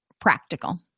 practical